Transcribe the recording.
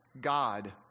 God